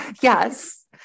yes